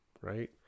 right